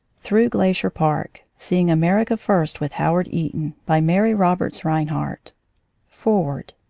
through glacier park seeing america first with howard eaton by mary roberts rinehart foreword